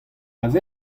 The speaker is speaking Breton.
aze